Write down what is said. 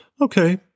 Okay